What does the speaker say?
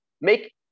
make